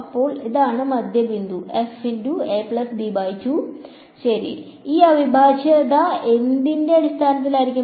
അപ്പോൾ അതാണ് മധ്യബിന്ദു ശരി ഈ അവിഭാജ്യത എന്തിന്റെ അടിസ്ഥാനത്തിലായിരിക്കും